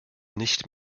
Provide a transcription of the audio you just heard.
nicht